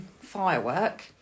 firework